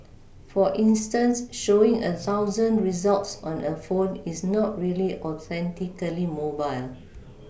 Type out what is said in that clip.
for instance showing a thousand results on a phone is not really authentically mobile